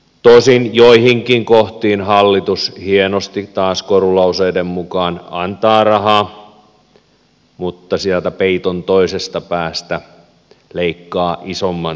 tosin joihinkin kohtiin taas hallitus hienosti korulauseiden mukaan antaa rahaa mutta sieltä peiton toisesta päästä leikkaa isomman siivun pois